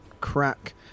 crack